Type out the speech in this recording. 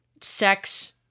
sex